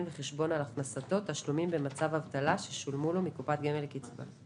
וחשבון על הכנסתו תשלומים במצב אבטלה ששולמו לו מקופת גמל לקצבה.